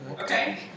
Okay